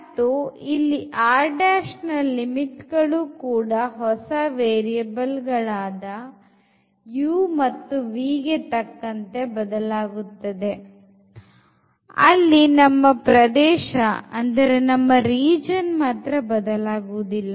ಮತ್ತು ಇಲ್ಲಿR' ನ ಲಿಮಿಟ್ ಗಳು ಕೂಡ ಹೊಸ ವೇರಿಯಬಲ್ ಗಳಾದ u ಮತ್ತು v ಗೆ ತಕ್ಕಂತೆ ಬದಲಾಗುತ್ತದೆ ಅಲ್ಲಿ ನಮ್ಮ ಪ್ರದೇಶ ಮಾತ್ರ ಬದಲಾಗುವುದಿಲ್ಲ